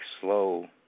slow